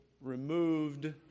removed